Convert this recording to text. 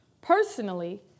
personally